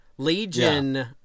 Legion